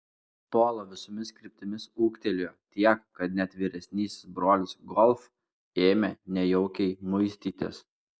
polo visomis kryptimis ūgtelėjo tiek kad net vyresnysis brolis golf ėmė nejaukiai muistytis